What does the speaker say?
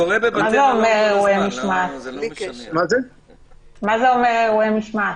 מה זה אומר, אירועי משמעת?